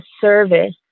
service